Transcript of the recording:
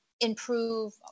improve